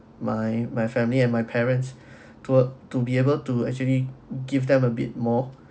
my my family and my parents to a to be able to actually give them a bit more